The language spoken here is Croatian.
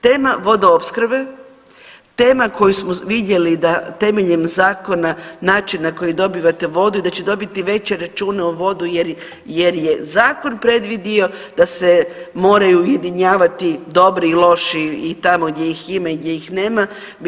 Tema Vodoopskrbe, tema koju smo vidjeli da temeljem zakona, način na koji dobivate vodu i da će dobiti veće račune u vodu jer je zakon predvidio da se moraju ujedinjavati dobri i loši i tamo gdje ih ima i gdje ih nema.